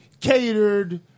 catered